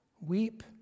Weep